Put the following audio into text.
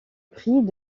prix